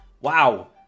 Wow